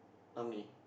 how many